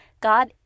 God